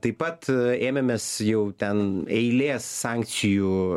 taip pat ėmėmės jau ten eilės sankcijų